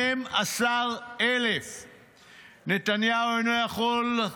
12,000. נתניהו אינו יכול,